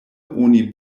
oni